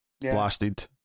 blasted